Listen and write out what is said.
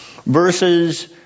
Verses